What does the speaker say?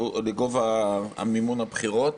לגובה מימון הבחירות.